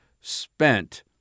spent